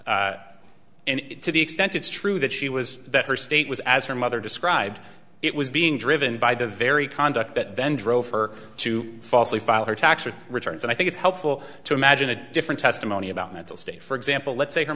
and to the extent it's true that she was that her state was as her mother described it was being driven by the very conduct that then drove her to falsely file her tax returns and i think it's helpful to imagine a different testimony about mental state for example let's say her